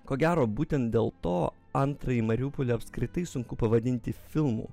ko gero būtent dėl to antrąjį mariupolį apskritai sunku pavadinti filmu